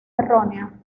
errónea